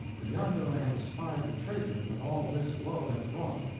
for yonder i have espied the traitor that all this woe hath wrought.